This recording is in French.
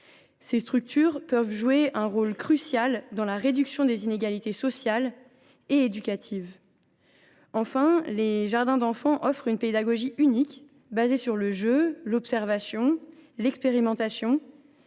d’enfants peuvent jouer un rôle crucial dans la réduction des inégalités sociales et éducatives. Enfin, les jardins d’enfants offrent une pédagogie unique, fondée sur le jeu, l’observation et l’expérimentation.